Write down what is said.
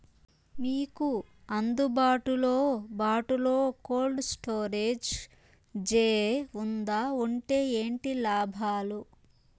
మీకు అందుబాటులో బాటులో కోల్డ్ స్టోరేజ్ జే వుందా వుంటే ఏంటి లాభాలు?